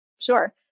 sure